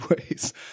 ways